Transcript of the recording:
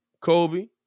Kobe